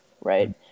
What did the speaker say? right